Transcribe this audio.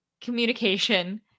communication